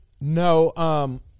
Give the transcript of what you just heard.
No